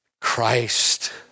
Christ